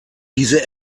diese